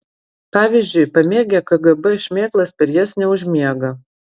pavyzdžiui pamėgę kgb šmėklas per jas neužmiega